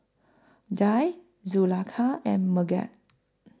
Dhia Zulaikha and Megat